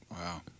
Wow